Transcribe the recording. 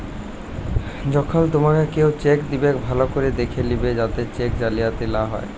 যখল তুমাকে কেও চ্যাক দিবেক ভাল্য ক্যরে দ্যাখে লিবে যাতে চ্যাক জালিয়াতি লা হ্যয়